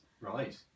right